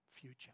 future